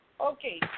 Okay